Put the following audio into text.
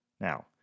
Now